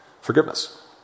forgiveness